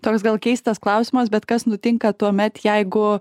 toks gal keistas klausimas bet kas nutinka tuomet jeigu